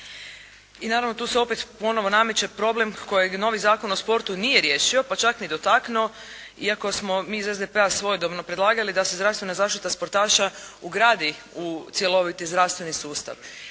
I naravno, tu se opet ponovo nameće problem kojeg novi Zakon o sportu nije riješio pa čak ni dotaknuo iako smo mi iz SDP-a svojedobno predlagali da se zdravstvena zaštita sportaša ugradi u cjeloviti zdravstveni sustav.